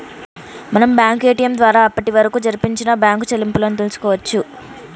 మనం bank ATM ద్వారా అప్పటివరకు జరిపిన బ్యేంకు చెల్లింపులను తెల్సుకోవచ్చు